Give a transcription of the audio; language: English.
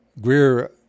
Greer